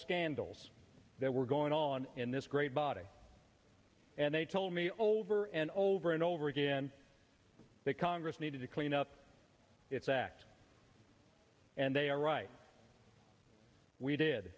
scandals that were going on in this great body and they told me over and over and over again that congress needed to clean up its act and they are right we did